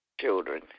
children